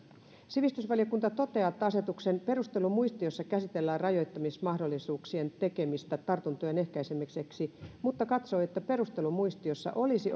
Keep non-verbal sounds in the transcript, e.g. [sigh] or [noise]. sivistysvaliokunta toteaa että asetuksen perustelumuistiossa käsitellään rajoittamismahdollisuuksien tekemistä tartuntojen ehkäisemiseksi mutta katsoo että perustelumuistiossa olisi [unintelligible]